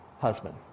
husband